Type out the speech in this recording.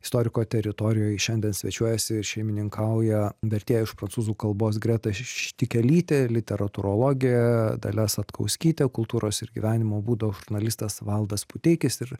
istoriko teritorijoj šiandien svečiuojasi šeimininkauja vertėja iš prancūzų kalbos greta šištikelytė literatūrologė dalia satkauskytė kultūros ir gyvenimo būdo žurnalistas valdas puteikis ir